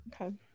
Okay